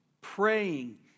praying